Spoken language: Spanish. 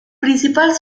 principal